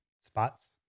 spots